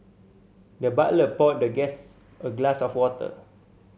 the butler poured the guests a glass of water